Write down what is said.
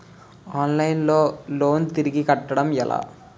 Online లో loan తిరిగి కట్టడం ఎలా?